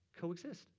coexist